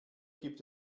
gibt